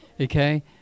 okay